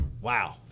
wow